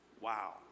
Wow